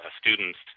students